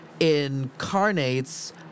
incarnates